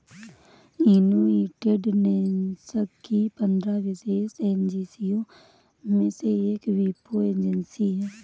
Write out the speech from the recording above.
United Nations की पंद्रह विशेष एजेंसियों में से एक वीपो एजेंसी है